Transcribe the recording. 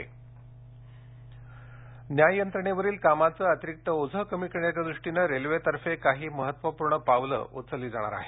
railway नियम न्याययंत्रणेवरील कामाचं अतिरिक्त ओझं कमी करण्याच्या दृष्टीनं रेल्वेतर्फे काही महत्वपूर्ण पावलं उचलली जाणार आहेत